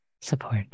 support